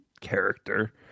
character